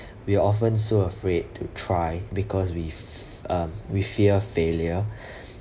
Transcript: we're often so afraid to try because with um with fear failure